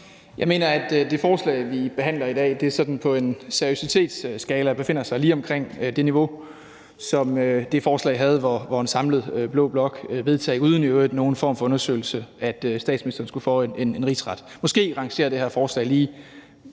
Jeg mener, at det forslag, vi behandler i dag, på en seriøsitetsskala befinder sig lige omkring det niveau, som det forslag havde, hvor en samlet blå blok uden i øvrigt nogen form for undersøgelse vedtog, at statsministeren skulle for en rigsret. Måske rangerer det her forslag lige